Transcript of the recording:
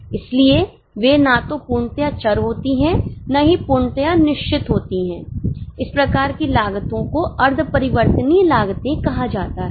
इसलिए वे ना तो पूर्णतया चर होती हैं न ही पूर्णतया निश्चित होती हैं इस प्रकार की लागतो को अर्थ परिवर्तनीय लागते कहा जाता है